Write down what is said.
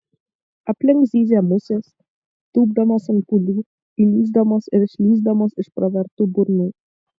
aplink zyzė musės tūpdamos ant pūlių įlįsdamos ir išlįsdamos iš pravertų burnų